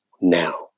now